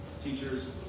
teachers